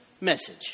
message